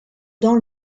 dans